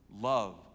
love